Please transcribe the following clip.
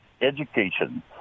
education